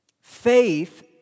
Faith